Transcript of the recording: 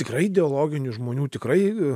tikrai ideologinių žmonių tikrai